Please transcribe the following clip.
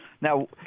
now